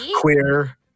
queer